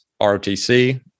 ROTC